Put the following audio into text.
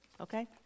Okay